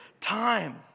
time